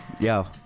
yo